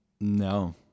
No